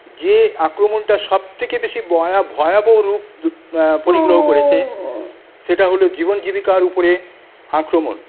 যে আক্রমণটা সবথেকে বেশি বয়াব ভয়াবহ রূপ পরিগ্রহ করেছে সেটা হল জীবন জীবিকার ওপরে আক্রমণ